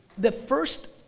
the first,